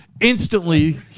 Instantly